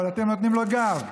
אבל אתם נותנים לו גב,